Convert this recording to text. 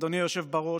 אדוני היושב-ראש,